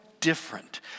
different